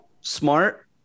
smart